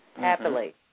Happily